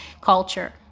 culture